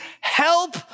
help